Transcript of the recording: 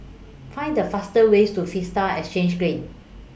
Find The faster ways to Vista Exhange Green